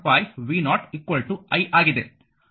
5 v0 i ಆಗಿದೆ